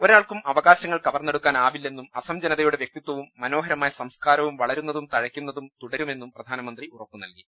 ഒരാൾക്കും അവകാശങ്ങൾ കവർന്നെ ടുക്കാനാവില്ലെന്നും അസം ജനതയുടെ വ്യക്തിത്വവും മനോഹര മായ സംസ്കാരവും വളരുന്നതും തഴയ്ക്കുന്നതും തുടരുമെന്നും പ്രധാനമന്ത്രി ഉറപ്പ് നൽകി